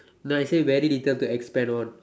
no I say very little to expand on